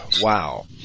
wow